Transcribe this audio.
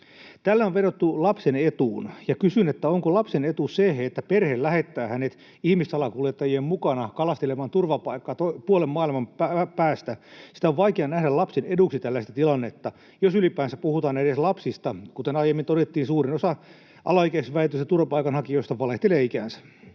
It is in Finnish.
Täällä on vedottu lapsen etuun, ja kysyn, onko lapsen etu se, että perhe lähettää hänet ihmissalakuljettajien mukana kalastelemaan turvapaikkaa puolen maailman päästä. On vaikea nähdä lapsen eduksi tällaista tilannetta, jos ylipäänsä puhutaan edes lapsista. Kuten aiemmin todettiin, suurin osa alaikäisiksi väitetyistä turvapaikanhakijoista valehtelee ikänsä.